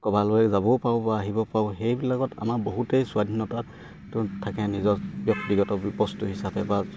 ক'বালৈ যাবও পাৰোঁ বা আহিব পাৰোঁ সেইবিলাকত আমাৰ বহুতেই স্বাধীনতা থাকে নিজৰ ব্যক্তিগত বস্তু হিচাপে বা